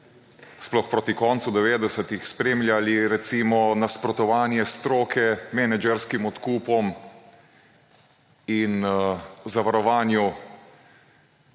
sploh proti koncu 90-ih, spremljali, recimo, nasprotovanje stroke menedžerskim odkupom in zavarovanju